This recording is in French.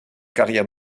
carrière